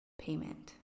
payment